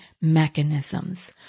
mechanisms